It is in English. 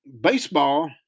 baseball